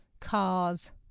cars